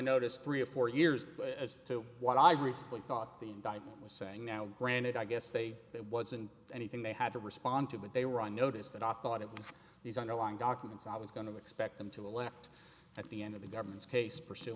notice three or four years as to what i recently thought the indictment was saying now granted i guess they it wasn't anything they had to respond to but they were on notice that i thought it was these underlying documents i was going to expect them to elect at the end of the government's case pursu